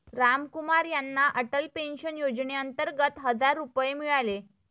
रामकुमार यांना अटल पेन्शन योजनेअंतर्गत हजार रुपये मिळाले